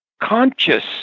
conscious